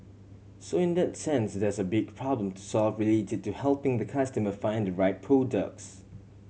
so in that sense there's a big problem to solve related to helping the customer find the right products